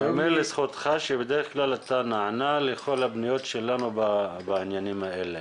ייאמר לזכותך שבדרך כלל אתה נענה לכל הפניות שלנו בעניינים שלנו.